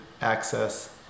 access